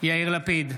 יאיר לפיד,